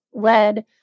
led